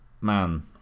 man